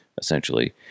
essentially